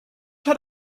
had